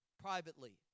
privately